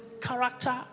character